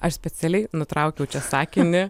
aš specialiai nutraukiau čia sakinį